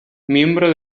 miembro